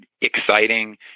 exciting